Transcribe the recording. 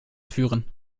führen